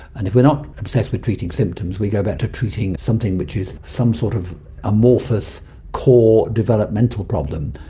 and if we are not obsessed with treating symptoms we go back to treating something which is some sort of amorphous core developmental problem.